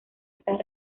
estas